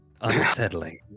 unsettling